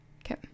Okay